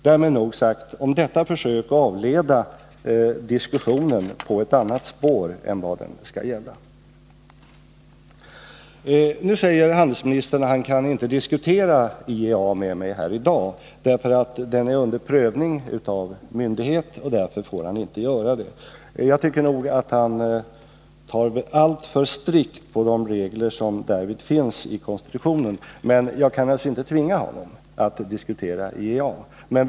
Därmed nog sagt om detta försök att avleda diskussionen på ett annat spår än vad den skall gälla. Nu säger handelsministern att han inte kan diskutera IEA med mig här i dag på grund av att den organisationen är under prövning av myndighet och att han därför inte får göra det. Jag tycker att han håller alltför strikt på de regler som därvidlag finns i konstitutionen, men jag kan naturligtvis inte tvinga honom att diskutera IEA.